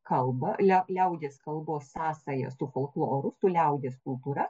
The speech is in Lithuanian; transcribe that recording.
kalbą lia liaudies kalbos sąsaja su folkloru su liaudies kultūra